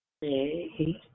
Hey